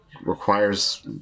requires